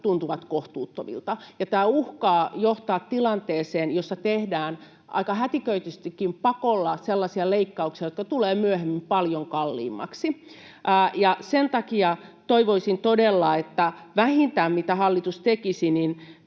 tuntuvat kohtuuttomilta. Tämä uhkaa johtaa tilanteeseen, jossa tehdään aika hätiköidystikin pakolla sellaisia leikkauksia, jotka tulevat myöhemmin paljon kalliimmaksi. Sen takia toivoisin todella, että vähintä, mitä hallitus tekisi, olisi,